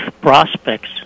prospects